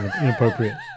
inappropriate